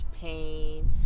pain